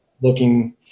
Looking